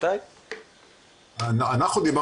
דבר